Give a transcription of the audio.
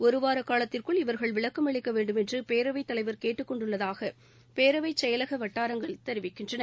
ஒருவார காலத்திற்குள் இவர்கள் விளக்கம் அளிக்க வேண்டுமென்று பேரவைத் தலைவர் கேட்டுக் கொண்டுள்ளதாக பேரவைச் செயலக வட்டாரங்கள் தெரிவிக்கின்றன